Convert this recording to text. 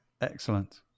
Excellent